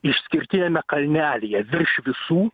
išskirtiniame kalnelyje virš visų